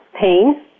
pain